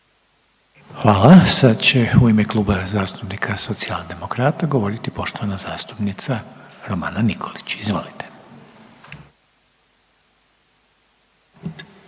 i prva će u ime Kluba zastupnika Socijaldemokrata govoriti poštovana zastupnica Ivana Posavec Krivec. Izvolite.